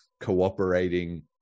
cooperating